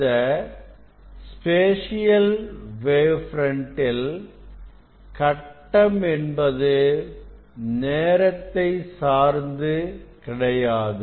இந்த spatial wave front ல் கட்டம் என்பது நேரத்தை சார்ந்தது கிடையாது